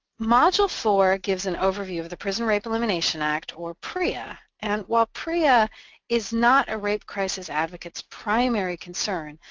module four gives an overview of the prison rape elimination act or prea. and while prea is not a rape crisis advocate's primary concern,